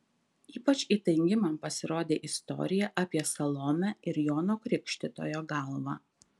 ypač įtaigi man pasirodė istorija apie salomę ir jono krikštytojo galvą